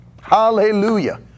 Hallelujah